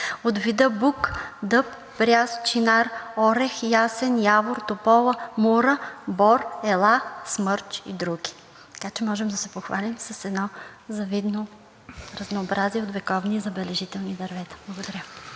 от вида бук, дъб, бряст, чинар, орех, ясен, явор, топола, мура, бор, ела, смърч и други. Можем да се похвалим с едно завидно разнообразие от вековни и забележителни дървета. Благодаря.